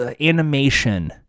animation